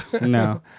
no